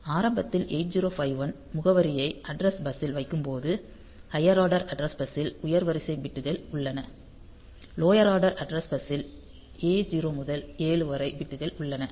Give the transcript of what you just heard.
ஆரம்பத்தில் 8051 முகவரியை address bus ல் வைக்கும் போது ஹையர் ஆர்டர் அட்ரஸ் பஸ்ஸில் உயர் வரிசை பிட்கள் உள்ளன லோயர் ஆர்டர் அட்ரஸ் பஸ்ஸில் A 0 முதல் 7 வரை பிட்கள் உள்ளன